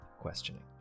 questioning